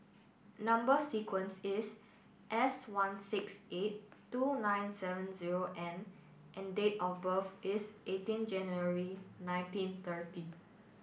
number sequence is S one six eight two nine seven zero N and date of birth is eighteen January nineteen thirty